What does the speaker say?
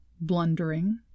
blundering